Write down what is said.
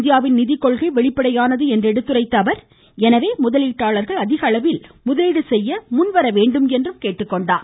இந்தியாவின் நிதிக்கொள்கை வெளிப்படையானது என்று எடுத்துரைத்த அவர் அஎனவே முதலீட்டாளர்கள் அதிகளவில் முதலீடு செய்ய முன்வர வேண்டுமென்று கேட்டுக்கொண்டார்